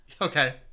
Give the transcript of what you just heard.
okay